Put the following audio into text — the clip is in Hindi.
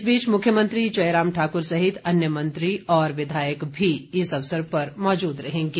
इस बीच मुख्यमंत्री जयराम ठाक्र सहित अन्य मंत्री और विधायक भी इस अवसर पर मौजूद रहेंगे